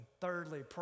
Thirdly